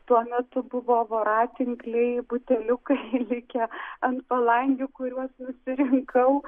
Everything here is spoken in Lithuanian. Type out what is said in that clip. tuo metu buvo voratinkliai buteliukai likę ant palangių kuriuos nusirinkau